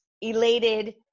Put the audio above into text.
elated